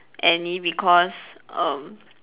any because um